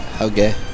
Okay